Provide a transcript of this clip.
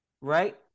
right